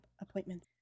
appointments